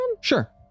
Sure